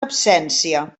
absència